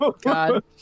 God